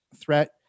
threat